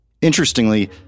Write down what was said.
Interestingly